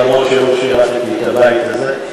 אף שלא שירתי את הבית הזה,